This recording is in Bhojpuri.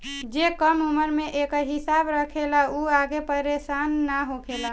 जे कम उम्र से एकर हिसाब रखेला उ आगे परेसान ना होखेला